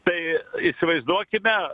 tai įsivaizduokime